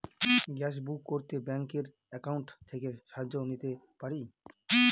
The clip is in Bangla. গ্যাসবুক করতে ব্যাংকের অ্যাকাউন্ট থেকে সাহায্য নিতে পারি?